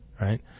right